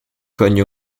cogne